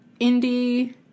indie